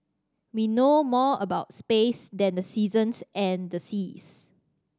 we know more about space than the seasons and the seas